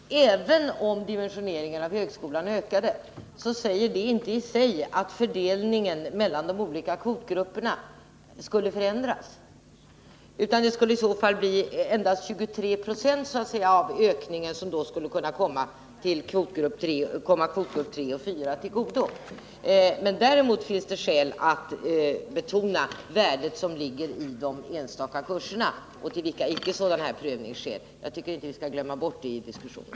Herr talman! Även om dimensioneringen av högskolan ökade, säger det inte i sig att fördelningen mellan de olika kvotgrupperna skulle förändras. Endast 23 20 av ökningen skulle då kunna komma kvotgrupperna III och IV till godo. Däremot finns det skäl att betona det värde som ligger i de enstaka kurserna, till vilka icke sådan här prövning sker. Jag tycker inte vi skall glömma bort det i diskussionen.